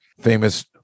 famous